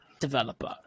developer